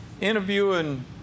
interviewing